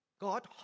God